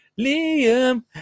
Liam